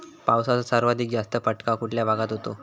पावसाचा सर्वाधिक जास्त फटका कुठल्या भागात होतो?